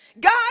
God